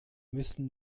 müssen